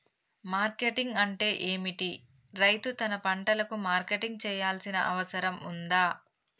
Marketing అంటే ఏమిటి? రైతు తన పంటలకు మార్కెటింగ్ చేయాల్సిన అవసరం ఉందా?